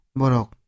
borok